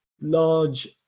large